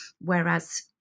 whereas